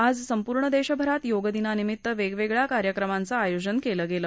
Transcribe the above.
आज संपूर्ण देशभरात योगदिनानिमित्त वेगवेगळया कार्यक्रमाचं आयोजन केलं गेलं